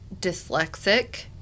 dyslexic